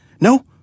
No